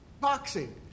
boxing